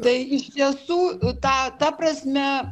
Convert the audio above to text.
tai iš tiesų tą ta prasme